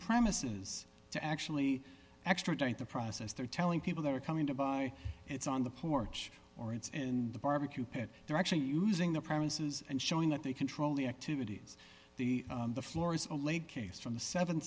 premises to actually extradite the process they're telling people that are coming to buy it's on the porch or it's in the barbecue pit they're actually using the premises and showing that they control the activities the floors allayed case from